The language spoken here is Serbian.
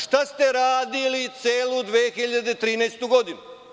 Šta ste radili celu 2013. godinu?